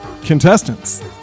Contestants